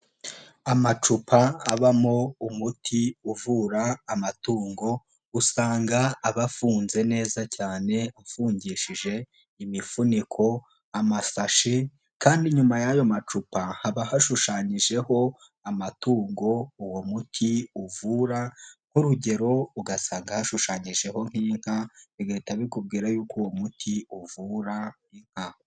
Amacupa abamo umuti uvura amatungo usanga aba afunze neza cyane ufungishije imifuniko, amasashe kandi inyuma y'ayo macupa haba hashushanyijeho amatungo uwo muti uvura nk'urugero ugasanga hashushanyijeho nk'inka bigahita bikubwira y'uko uwo umuti uvura inka.